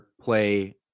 play